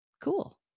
Cool